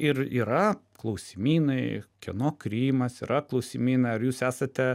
ir yra klausimynai kieno krymas yra klausimynai ar jūs esate